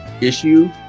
issue